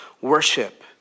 worship